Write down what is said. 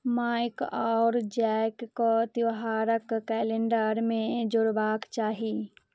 mic आओर जैकके त्यौहारक कैलेंडरमे जोड़बाक चाही